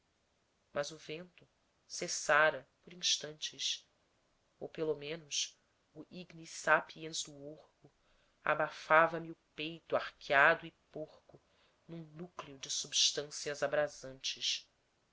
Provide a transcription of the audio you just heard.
mas o vento cessara por instantes ou pelo menos o ignis sapiens do orco abafava me o peito arqueado e porco num núcleo de substâncias abrasantes